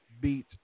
beat